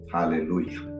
Hallelujah